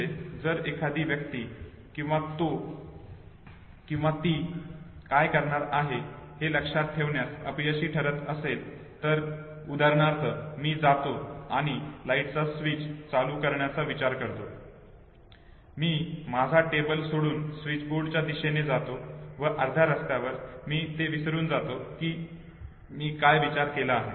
म्हणजे जर एखादी व्यक्ती तो किंवा ती काय करणार आहे हे लक्षात ठेवण्यास अपयशी ठरत असेल तर उदाहरणार्थ मी जातो आणि लाईटचा स्विच चालू करण्याचा विचार करतो मी माझा टेबल सोडून स्विचबोर्डच्या दिशेने जातो व अर्ध्या रस्त्यावर मी ते विसरून जातो कि मी काय विचार केला आहे